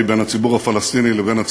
נא לצאת מן האולם, אדוני.